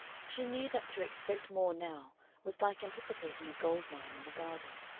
she knew that to expect more now was like anticipating a gold-mine in the garden.